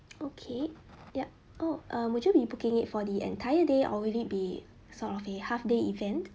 okay yup oh err would you be booking it for the entire day or would it be sort of the half day event